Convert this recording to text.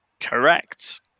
Correct